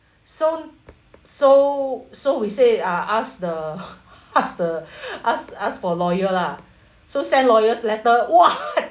so so so we said uh ask the ask the ask ask for lawyer lah so send lawyer's letter !wah!